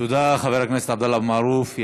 תודה, חבר הכנסת עבדאללה אבו מערוף.